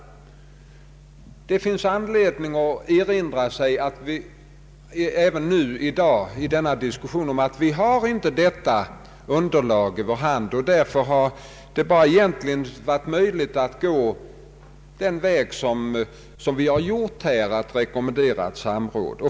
Det finns anledning att även i dag i denna diskussion erinra om att vi inte har detta underlag. Därför har det egentligen bara varit möjligt att gå den väg som vi har gjort, nämligen att rekommendera samråd.